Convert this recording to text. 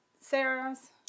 Sarah's